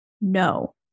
no